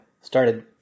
started